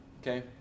okay